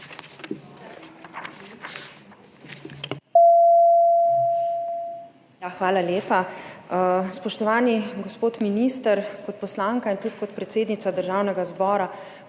Hvala lepa. Spoštovani gospod minister! Kot poslanka in tudi kot predsednica Državnega zbora